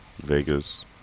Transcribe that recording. Vegas